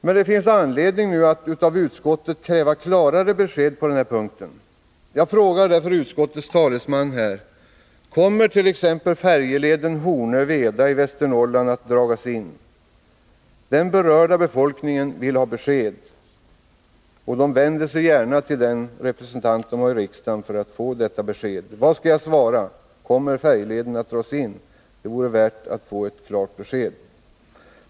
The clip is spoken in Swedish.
Men det finns anledning att nu av utskottet kräva klarare besked på denna punkt. Jag frågar därför utskottets talesman här: Kommer t.ex. färjeleden Hornö-Veda i Västernorrland att dras in? Den berörda befolkningen vill ha besked och vänder sig gärna till den representant de har i riksdagen för att få detta besked. Vad skall jag svara? Kommer färjeleden att dras in? Det vore värdefullt att få ett klart besked.